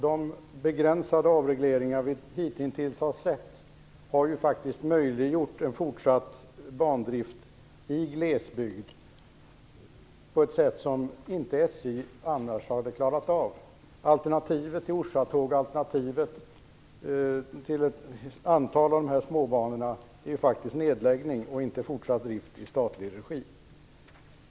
De begränsade avregleringar vi har sett hitintills har möjliggjort en fortsatt bandrift i glesbygd på ett sätt som SJ inte hade klarat av. Alternativet till Orsatåg och annan trafik på ett antal av dessa småbanor är faktiskt nedläggning och inte fortsatt drift i statlig regi.